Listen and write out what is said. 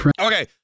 Okay